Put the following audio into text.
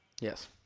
Yes